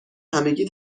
همگی